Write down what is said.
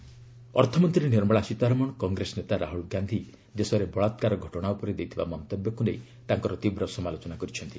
Sitharaman Rahul and ଅନିୟନ୍ ଅର୍ଥମନ୍ତ୍ରୀ ନିର୍ମଳା ସୀତାରମଣ କଂଗ୍ରେସ ନେତା ରାହୁଲ ଗାନ୍ଧି ଦେଶରେ ବଳାକାର ଘଟଣା ଉପରେ ଦେଇଥିବା ମନ୍ତବ୍ୟକୁ ନେଇ ତାଙ୍କର ତୀବ୍ର ସମାଲୋଚନା କରିଛନ୍ତି